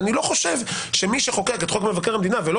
אבל אני לא חושב שמי שחוקק את חוק מבקר המדינה ולא